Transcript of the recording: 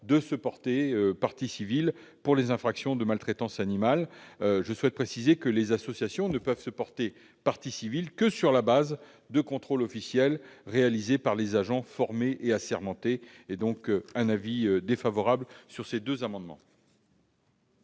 de se porter partie civile pour les infractions de maltraitance animale. Je précise d'ailleurs que les associations ne peuvent se porter partie civile que sur la base de contrôles officiels réalisés par des agents formés et assermentés. J'émets donc un avis défavorable sur ces deux amendements.